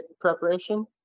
preparation